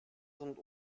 sind